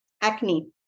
acne